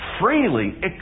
freely